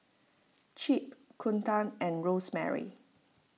Chip Kunta and Rosemary